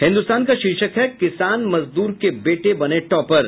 हिन्दुस्तान का शीर्षक है किसान मजदूर के बेटे बने टॉपर